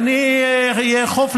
אבל אני יכול להגיד לך מה שקורה עכשיו,